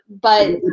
but-